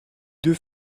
deux